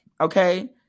okay